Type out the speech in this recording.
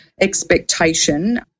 expectation